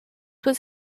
was